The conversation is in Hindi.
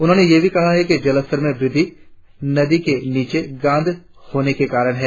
उन्होंने यह भी कहा कि जलस्तर में वृद्धि नदी के नीचे गाद होने कारण है